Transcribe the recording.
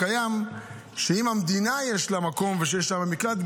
אם למדינה יש מקום שיש בו מקלט,